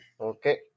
Okay